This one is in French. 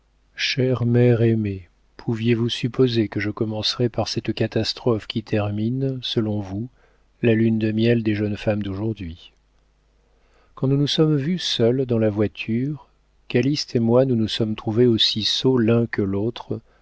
chère mère aimée pouviez-vous supposer que je commencerais par cette catastrophe qui termine selon vous la lune de miel des jeunes femmes d'aujourd'hui quand nous nous sommes vus seuls dans la voiture calyste et moi nous nous sommes trouvés aussi sots l'un que l'autre